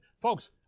Folks